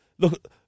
Look